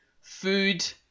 food